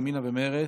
ימינה ומרצ.